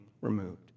removed